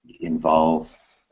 involve